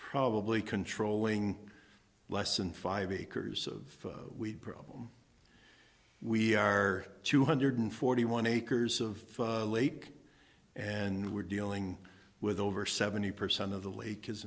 probably controlling less than five acres of weed problem we are two hundred forty one acres of a lake and we're dealing with over seventy percent of the lake is